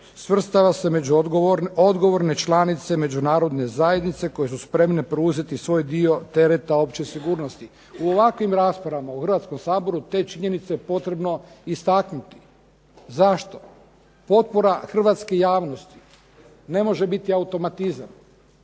svrstava se među odgovorne članice međunarodne zajednice koje su spremne preuzeti svoj dio tereta opće sigurnosti. U ovakvim raspravama u Hrvatskom saboru te je činjenice potrebno istaknuti. Zašto? Potpora hrvatske javnosti ne može biti automatizam.